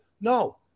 No